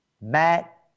Matt